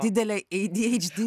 didelė ei dy eidž dy